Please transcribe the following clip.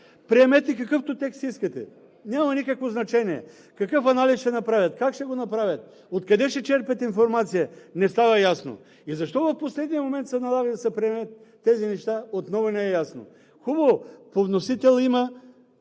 Приемете какъвто текст искате, няма никакво значение. Какъв анализ ще направят, как ще го направят, откъде ще черпят информация? Не става ясно. И защо в последния момент се налага да се приемат тези неща, отново не е ясно. Хубаво, по вносител има